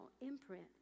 imprint